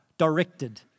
directed